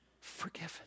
Forgiven